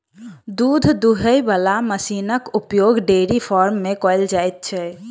दूध दूहय बला मशीनक उपयोग डेयरी फार्म मे कयल जाइत छै